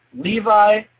Levi